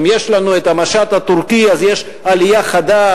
ואם יש לנו המשט הטורקי, אז יש עלייה חדה.